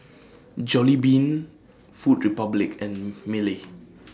Jollibean Food Republic and Mili